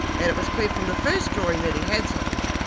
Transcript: and it was clear from the first drawing that he had something.